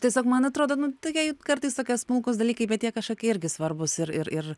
tiesiog man atrodo nu taigi kartais tokie smulkūs dalykai bet jie kažkokie irgi svarbūs ir ir ir